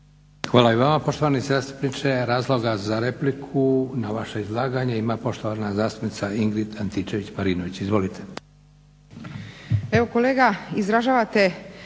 Hvala i vama poštovani zastupniče. Razloga za repliku na vaše izlaganje ima poštovana zastupnica Ingrid Antičević-Marinović. Izvolite.